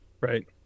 right